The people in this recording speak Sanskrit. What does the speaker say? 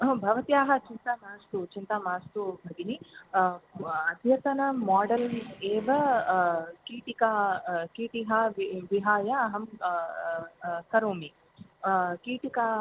हो भवत्याः चिन्ता मास्तु चिन्ता मास्तु भगिनि अद्यतन मोडेल् एव कीटिकां कीटिकां विहाय अहं करोमि कीटिकां